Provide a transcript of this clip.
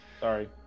sorry